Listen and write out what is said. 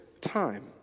time